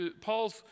Paul's